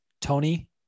Tony